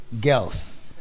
girls